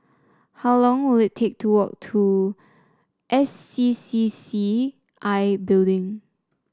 how long will it take to walk to S C C C I Building